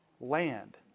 land